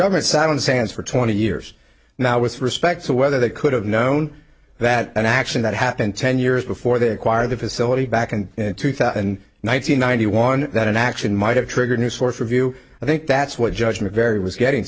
government sat on the sands for twenty years now with respect to whether they could have known that an action that happened ten years before they acquired the facility back and two thousand nine hundred ninety one that action might have triggered new source review i think that's what judgment very was getting